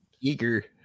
Eager